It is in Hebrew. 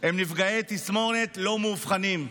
הם נפגעי תסמונת לא מאובחנים.